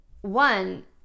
one